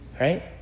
Right